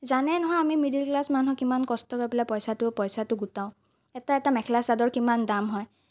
জানে নহয় আমি মিডল ক্লাছ মানুহ কিমান কষ্ট কৰি পেলাই পইচাটো পইচাটো গোটাওঁ এটা এটা মেখেলা চাদৰ কিমান দাম হয়